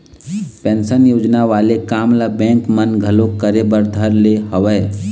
pension योजना वाले काम ल बेंक मन घलोक करे बर धर ले हवय